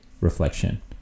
reflection